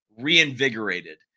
reinvigorated